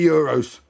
Euros